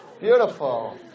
beautiful